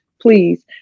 please